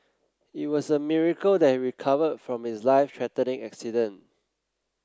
it was a miracle that he recovered from his life threatening accident